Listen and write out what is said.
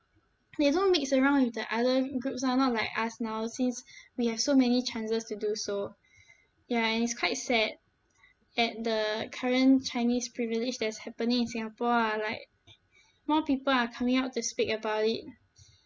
they don't mix around with the other groups lah not like us now since we have so many chances to do so ya and it's quite sad at the current chinese privilege that's happening in singapore lah like more people are coming out to speak about it